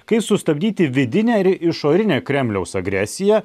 kaip sustabdyti vidinę ir išorinę kremliaus agresiją